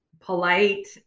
polite